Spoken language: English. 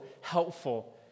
helpful